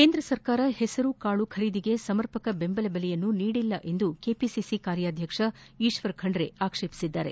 ಕೇಂದ್ರ ಸರ್ಕಾರ ಹೆಸರು ಕಾಳು ಖರೀದಿಗೆ ಸಮರ್ಪಕ ಬೆಂಬಲ ಬೆಲೆಯನ್ನು ನೀಡಿಲ್ಲ ಎಂದು ಕೆಪಿಸಿಸಿ ಕಾರ್ಯಾಧ್ವಕ್ಷ ಈಶ್ವರ್ ಖಂಡ್ರ್ ಆಕ್ಷೇಪಿಸಿದ್ದಾರೆ